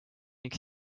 ning